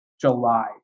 July